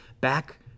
back